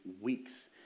weeks